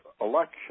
election